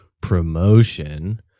promotion